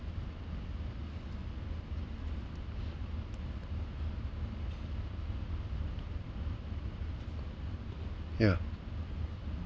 yeah